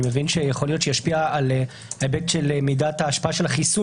אני מבין שיכול שישפיע על ההיבט של מידת ההשפעה של החיסון